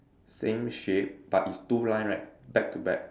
same shape but it's two line right back to back